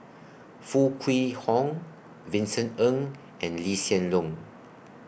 Foo Kwee Horng Vincent Ng and Lee Hsien Loong